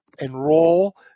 enroll